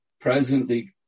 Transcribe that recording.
presently